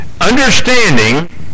understanding